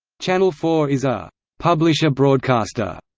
channel four is a publisher-broadcaster,